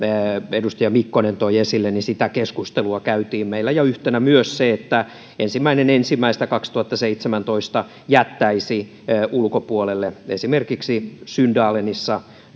edustaja mikkonen toi esille käytiin keskustelua meillä ja yhtenä myös se että se ensimmäinen ensimmäistä kaksituhattaseitsemäntoista jättäisi ulkopuolelle esimerkiksi syndalenissa